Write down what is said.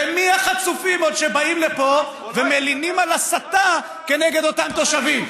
ומי החצופים שבאים לפה ומלינים על הסתה נגד אותם תושבים,